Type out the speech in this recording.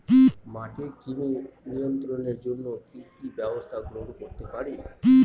মাটির কৃমি নিয়ন্ত্রণের জন্য কি কি ব্যবস্থা গ্রহণ করতে পারি?